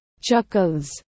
Chuckles